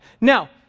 Now